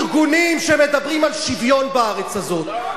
ארגונים שמדברים על שוויון בארץ הזאת,